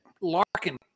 Larkin –